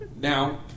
now